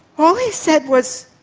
all he said was,